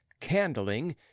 candling